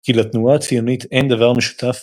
כי "לתנועה הציונית אין דבר משותף